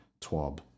TWAB